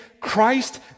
christ